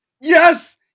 Yes